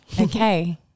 Okay